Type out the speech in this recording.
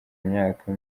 imyaka